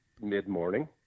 mid-morning